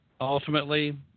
Ultimately